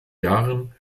jahren